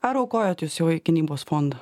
ar aukojot jūs jau į gynybos fondą